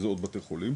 וזה בעוד בתי חולים,